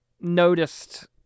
noticed